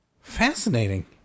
Fascinating